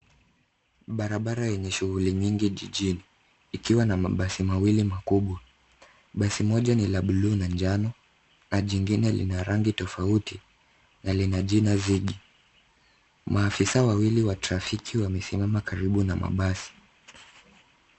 Barabara yenye shughuli nyingi jijini ikiwa na mabasi mawili makubwa. Basi moja ni la bluu na njano na jingine lina rangi tofauti na lina jina Ziggy. Maafisa wawili wa trafiki wamesimama karibu na mabasi.